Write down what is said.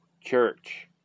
church